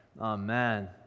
Amen